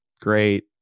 Great